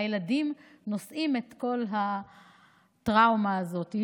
והילדים נושאים את כל הטראומה הזאת.